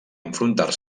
enfrontar